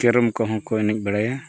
carrom ᱠᱚᱦᱚᱸ ᱠᱚ ᱮᱱᱮᱡ ᱵᱟᱲᱟᱭᱟ